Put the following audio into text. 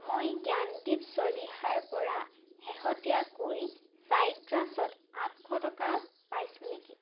মই জ্ঞানদীপ চলিহাৰ পৰা শেহতীয়াকৈ চাইট্ৰাছত আঠশ টকা পাইছো নেকি